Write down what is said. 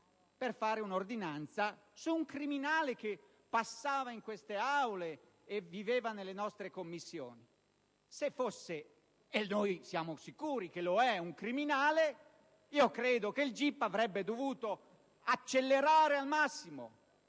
per emettere un'ordinanza su un criminale che passava in queste Aule e viveva nelle nostre Commissioni. Se fosse - e noi siamo sicuri che lo è - un criminale, credo che il GIP avrebbe dovuto accelerare al massimo